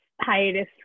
hiatus